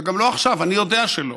זה לא עכשיו, אני יודע שלא,